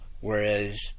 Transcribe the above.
whereas